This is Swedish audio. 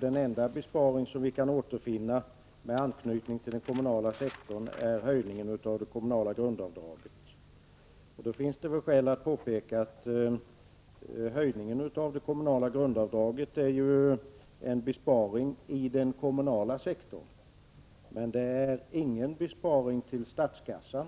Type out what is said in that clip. Den enda besparing vi kan återfinna med anknytning till den kommunala sektorn är höjningen av det kommunala grundavdraget. Då finns det väl skäl att påpeka att höjningen av det kommunala grundavdraget är en besparing i den kommunala sektorn men inte för statskassan.